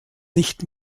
nicht